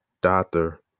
doctor